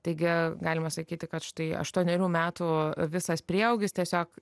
taigi galima sakyti kad štai aštuonerių metų visas prieaugis tiesiog